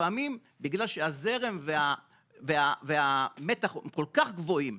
לפעמים בגלל שהזרם והמתח כל כך גבוהים,